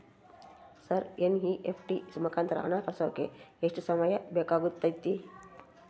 Sir NEFT ಮುಖಾಂತರ ಹಣ ಕಳಿಸೋಕೆ ಎಷ್ಟು ಸಮಯ ಬೇಕಾಗುತೈತಿ?